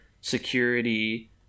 security